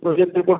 project report